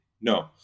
No